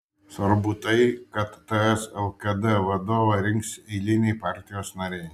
svarbu tai kad ts lkd vadovą rinks eiliniai partijos nariai